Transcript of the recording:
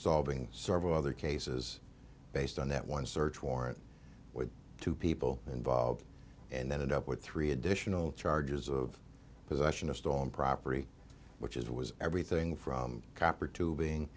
solving several other cases based on that one search warrant with two people involved and then it up with three additional charges of possession of stolen property which is it was everything from copper tubing